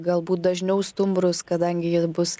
galbūt dažniau stumbrus kadangi jie bus